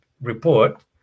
report